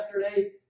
yesterday